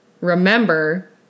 Remember